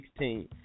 2016